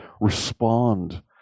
respond